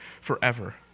forever